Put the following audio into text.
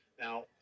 Now